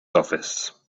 office